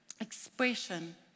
expression